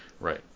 Right